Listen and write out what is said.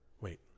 Wait